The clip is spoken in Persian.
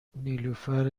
نیلوفر